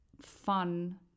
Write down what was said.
fun